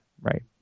right